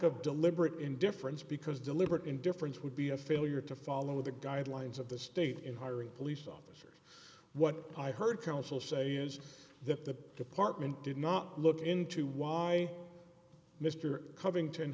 of deliberate indifference because deliberate indifference would be a failure to follow the guidelines of the state in hiring police officers what i heard counsel say is that the department did not look into why mr covington